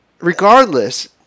regardless